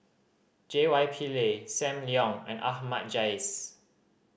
J Y Pillay Sam Leong and Ahmad Jais